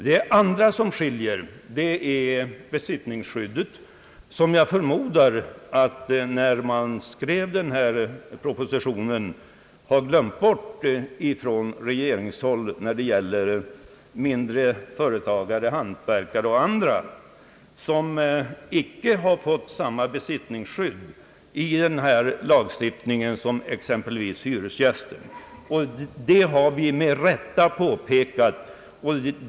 Det andra som skiljer är besittningsskyddet. Vi förmodar att regeringen, när den skrev propositionen, glömde bort besittningsskyddet för mindre företagare, hantverkare och andra, som icke har fått samma besittningsskydd i denna lagstiftning som exempelvis hyresgäster till bostäder. Detta har vi med rätta påpekat.